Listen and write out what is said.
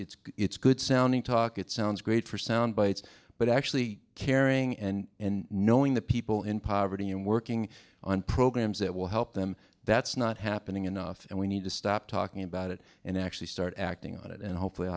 good it's good sounding talk it sounds great for soundbites but actually caring and and knowing the people in poverty and working on programs that will help them that's not happening enough and we need to stop talking about it and actually start acting on it and hopefully